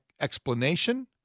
explanation